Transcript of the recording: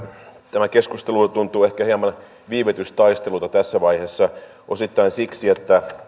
tämä keskustelu tuntuu ehkä hieman viivytystaistelulta tässä vaiheessa osittain siksi että